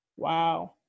Wow